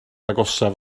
agosaf